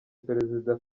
perezida